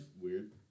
weird